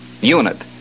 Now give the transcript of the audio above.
unit